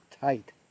tight